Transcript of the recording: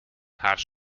haar